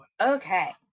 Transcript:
okay